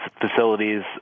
facilities